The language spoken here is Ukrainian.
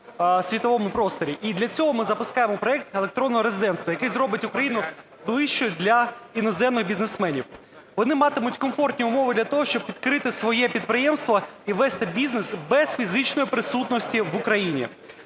світовому просторі. І для цього ми запускаємо проект електронного резидентства, яке зробить Україну ближчою для іноземних бізнесменів. Вони матимуть комфортні умови для того, щоб відкрити своє підприємство і вести бізнес без фізичної присутності в Україні.